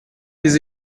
des